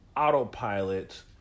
Autopilot